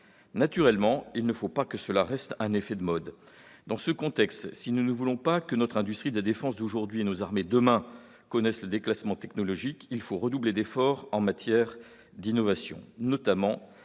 Naturellement, il ne faut pas que ces mesures restent un effet de mode. Dans ce contexte, si nous ne voulons pas que notre industrie de défense, aujourd'hui, et nos armées, demain, connaissent le déclassement technologique, il faut redoubler d'efforts sur le front de l'innovation. Le